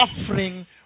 suffering